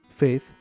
faith